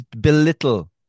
belittle